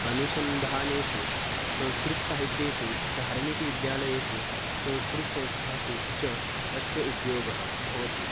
अनुसन्धानेषु संस्कृतसाहित्येषु धार्मिकविद्यालयेषु संस्कृतसंस्थासु च अस्य उपयोगः भवति